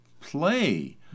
play